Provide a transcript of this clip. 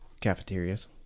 cafeterias